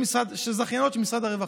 שהן זכייניות של משרד הרווחה.